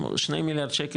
שני מיליארד שקל,